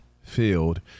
field